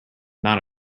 not